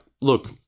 look